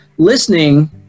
listening